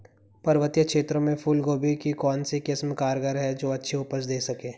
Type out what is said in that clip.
पर्वतीय क्षेत्रों में फूल गोभी की कौन सी किस्म कारगर है जो अच्छी उपज दें सके?